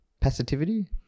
Passivity